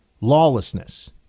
lawlessness